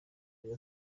iyo